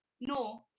No